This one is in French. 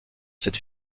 cette